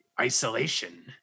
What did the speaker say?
isolation